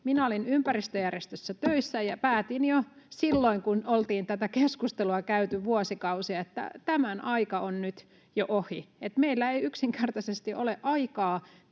Minä olin ympäristöjärjestössä töissä ja päätin jo silloin, kun oltiin tätä keskustelua käyty vuosikausia, että tämän aika on nyt jo ohi, että meillä ei yksinkertaisesti ole aikaa